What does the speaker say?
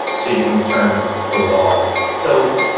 so you can return the wallet so,